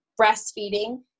breastfeeding